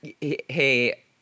hey